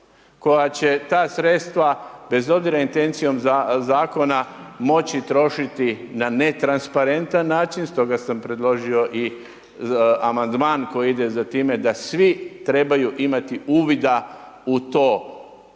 koja će ta sredstva bez obzira intencijom zakona, moći trošiti na netransparentan način, stoga sam predložio i amandman koji ide za time da svi trebaju imati uvida u to kako